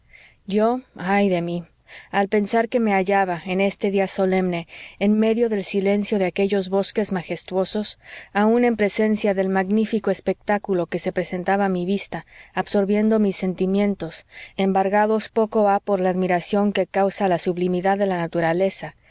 yo ay de mí al pensar que me hallaba en este día solemne en medio del silencio de aquellos bosques majestuosos aun en presencia del magnífico espectáculo que se presentaba a mi vista absorbiendo mis sentidos embargados poco ha por la admiración que causa la sublimidad de la naturaleza